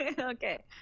Okay